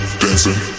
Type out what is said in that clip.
dancing